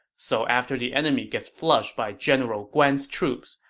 so after the enemy gets flushed by general guan's troops,